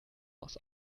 aus